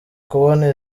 kubona